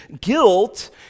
Guilt